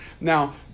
Now